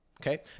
Okay